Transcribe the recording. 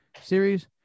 series